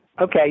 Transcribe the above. Okay